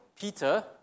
Peter